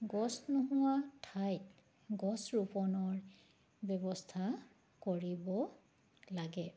গছ নোহোৱা ঠাইত গছ ৰোপনৰ ব্যৱস্থা কৰিব লাগে